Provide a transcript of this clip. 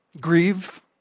Grieve